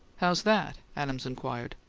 how's that? adams inquired.